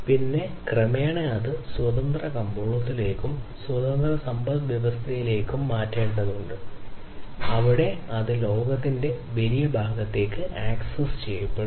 പിന്നെ ക്രമേണ അത് സ്വതന്ത്ര കമ്പോളത്തിലേക്കും സ്വതന്ത്ര സമ്പദ്വ്യവസ്ഥയിലേക്കും മാറേണ്ടതുണ്ട് അവിടെ അത് ലോകത്തിന്റെ വലിയ ഭാഗത്തേക്ക് ആക്സസ് ചെയ്യപ്പെടും